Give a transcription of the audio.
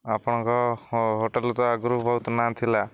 ଆପଣଙ୍କ ହୋଟେଲ ତ ଆଗରୁ ବହୁତ ନାଁ ଥିଲା